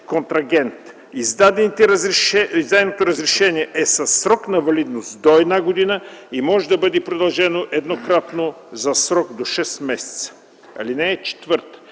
Издаденото разрешение е със срок на валидност до 1 година и може да бъде продължено еднократно за срок до 6 месеца. (4) Глобално